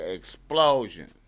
explosion